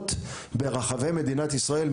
נקודות ברחבי מדינת ישראל,